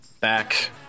back